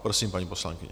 Prosím, paní poslankyně.